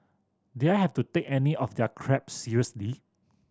did I have to take any of their crap seriously